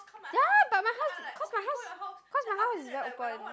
ya but my house cause my house cause my house is very open